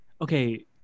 okay